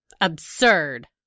absurd